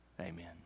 Amen